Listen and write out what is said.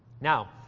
Now